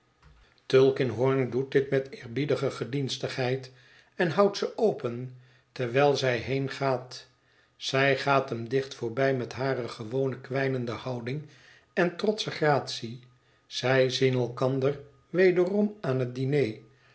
tulkinghorn doet dit met eerbiedige gedienstigheid en houdt ze open terwijl zij heengaat zij gaat hem dicht voorbij met hare gewone kwijnende houding en trotsche gratie zij zien elkander wederom aan het diner